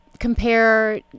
compare